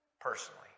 personally